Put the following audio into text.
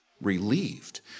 relieved